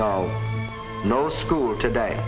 no no school today